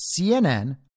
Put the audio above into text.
CNN